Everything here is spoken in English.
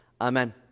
Amen